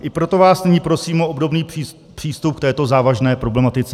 I proto vás nyní prosím o obdobný přístup k této závažné problematice.